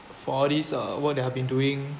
for all these uh work that I have been doing